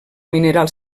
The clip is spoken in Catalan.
mineral